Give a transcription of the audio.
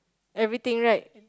everything right